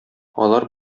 алар